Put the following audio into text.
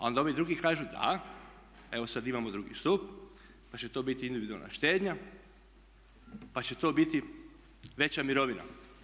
A onda ovi drugi kažu, da evo sad imamo drugi stup pa će to biti individualna štednja, pa će to biti veća mirovina.